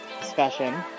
discussion